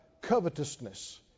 covetousness